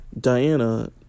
Diana